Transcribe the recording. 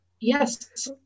Yes